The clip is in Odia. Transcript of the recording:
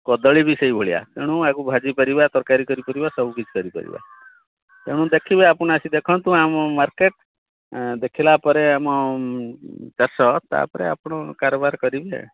କଦଳୀବି ସେଇଭଳିଆ ତେଣୁ ୟାକୁ ଭାଜି ପାରିବା ତରକାରୀ କରିପାରିବା ସବୁକିଛି କରିପାରିବା ତେଣୁ ଦେଖିବା ଆପଣ ଆସି ଦେଖନ୍ତୁ ଆମ ମାର୍କେଟ ଦେଖିଲା ପରେ ଆମ ଚାଷ ତା'ପରେ ଆପଣ କାରବାର କରିବେ